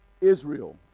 Israel